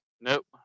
Nope